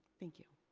thank you.